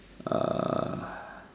uh